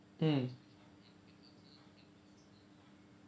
mm